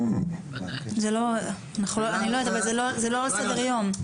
זה לא על סדר היום.